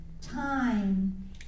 time